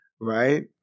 right